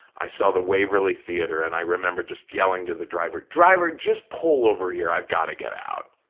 i saw the waverly theater and i remember just yelling to the driver, driver, just pull over here, i've got to get out.